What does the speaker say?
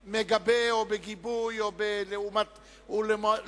מגבה, או בגיבוי או בלעומתיות.